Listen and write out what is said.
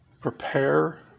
prepare